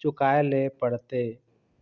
चुकाए ले पड़ते?